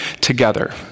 together